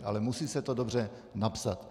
Ale musí se to dobře napsat.